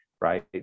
right